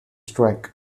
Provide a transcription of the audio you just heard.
track